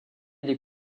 des